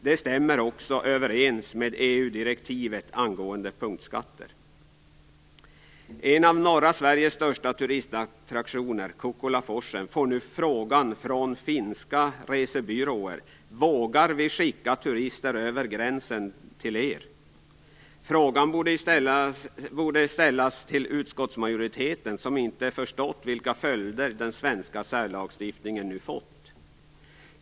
Det stämmer överens med EU-direktivet om punktskatter. När det gäller en av norra Sveriges största turistattraktioner, Kukkolaforsen, får man nu frågan från finska resebyråer: Vågar vi skicka turister över gränsen till er? Frågan borde ställas till utskottsmajoriteten, som inte förstått vilka följder den svenska särlagstiftningen nu har fått.